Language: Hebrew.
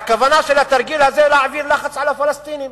הכוונה של התרגיל הזה להעביר לחץ אל הפלסטינים,